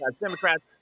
Democrats